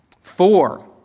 Four